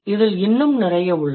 இதில் இன்னும் நிறைய உள்ளன